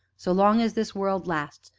so long as this world lasts,